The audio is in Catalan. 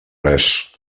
res